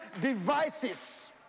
devices